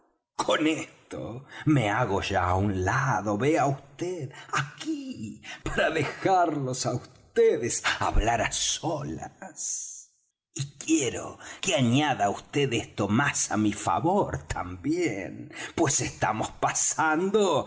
con esto me hago ya á un lado vea vd aquí para dejarlos á vds hablar á solas y quiero que añada vd esto más á mi favor también pues estamos pasando